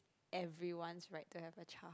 everyone's right to have a child